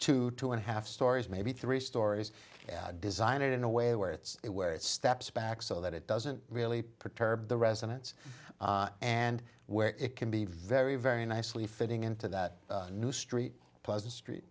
two two and a half stories maybe three stories designed in a way where it's where it steps back so that it doesn't really perturbed the residents and where it can be very very nicely fitting into that new street pleasant street